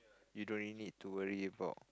you don't really need to worry about